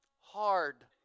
Hard